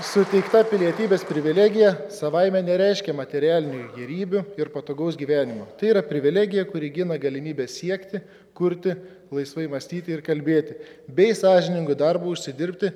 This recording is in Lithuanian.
suteikta pilietybės privilegija savaime nereiškia materialinių gėrybių ir patogaus gyvenimo tai yra privilegija kuri gina galimybę siekti kurti laisvai mąstyti ir kalbėti bei sąžiningu darbu užsidirbti